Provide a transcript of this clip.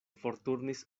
forturnis